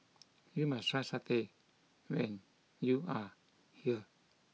you must try Satay when you are here